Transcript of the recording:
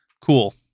Cool